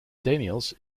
daniels